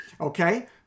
Okay